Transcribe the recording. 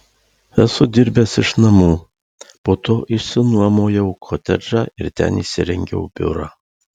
esu dirbęs iš namų po to išsinuomojau kotedžą ir ten įsirengiau biurą